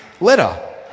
letter